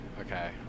Okay